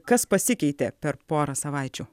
kas pasikeitė per porą savaičių